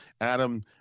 Adam